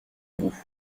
bout